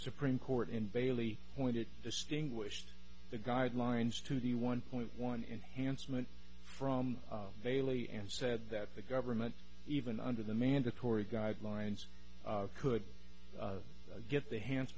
supreme court in bailey pointed distinguished the guidelines to the one point one enhanced moment from bailey and said that the government even under the mandatory guidelines could get their hands